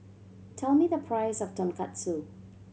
tell me the price of Tonkatsu